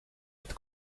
het